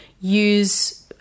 use